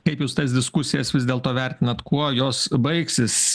kaip jūs tas diskusijas vis dėlto vertinat kuo jos baigsis